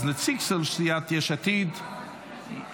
אז נציג של סיעת יש עתיד ישיב,